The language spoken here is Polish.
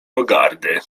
pogardy